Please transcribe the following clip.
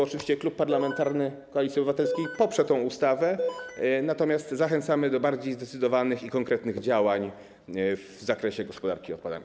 Oczywiście Klub Parlamentarny Koalicja Obywatelska poprze tę ustawę, natomiast zachęcamy do bardziej zdecydowanych i konkretnych działań w zakresie gospodarki odpadami.